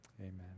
Amen